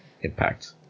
impact